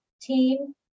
team